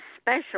special